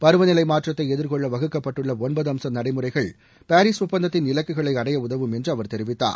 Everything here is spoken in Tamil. பருவநிலை மாற்றத்தை எதிர்கொள்ள வகுக்கப்பட்டுள்ள ஒன்பது அம்ச நடைமுறைகள் பாரீஸ் ஒப்பந்தத்தின் இலக்குகளை அடைய உதவும் என்று அவர் தெரிவித்தார்